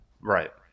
right